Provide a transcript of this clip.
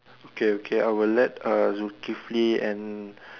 okay okay I will let uh Zukifli and